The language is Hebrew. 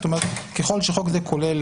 זאת אומרת ככל שחלק זה כולל,